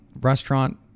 restaurant